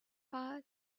pod